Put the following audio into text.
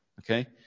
Okay